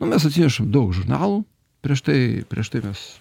nu mes atsinešam daug žurnalų prieš tai prieš tai mes